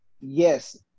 Yes